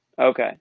okay